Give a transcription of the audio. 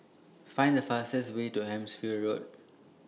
Find The fastest Way to Hampshire Road